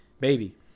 Baby